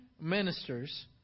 ministers